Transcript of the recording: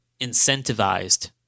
incentivized